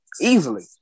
easily